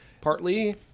partly